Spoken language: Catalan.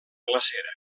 glacera